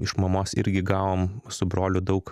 iš mamos irgi gavom su broliu daug